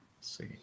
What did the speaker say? see